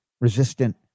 resistant